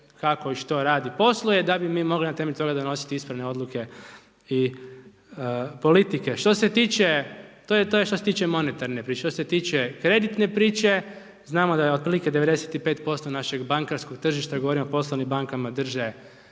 kako i što radi, posluje, da bi mi mogli na temelju toga donositi ispravne odluke i politike. To je što se tiče monetarne priče, što se tiče kreditne priče, znamo da je otprilike 95% našeg bankarskog tržišta, govorim o poslovnim bankama, drže